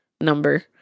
number